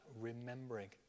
remembering